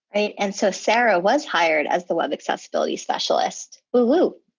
right. and so sarah was hired as the web accessibility specialist. woo woo.